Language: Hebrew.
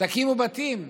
תקימו בתים,